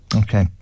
Okay